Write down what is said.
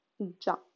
già